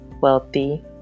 wealthy